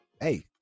hey